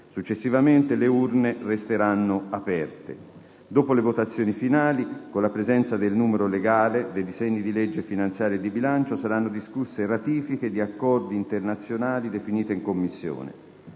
Successivamente le urne resteranno aperte. Dopo le votazioni finali, con la presenza del numero legale, dei disegni di legge finanziaria e di bilancio, saranno discusse ratifiche di accordi internazionali definite in Commissione.